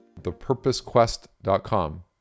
thepurposequest.com